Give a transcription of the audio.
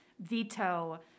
veto